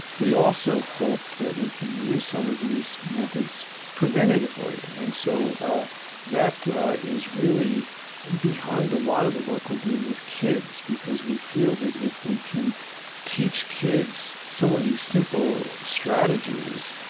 we also hope that we can use some of these methods preventatively. and so ah that is really behind a lot of the work we're doing with kids because we feel that, if we can teach kids some of these simple strategies,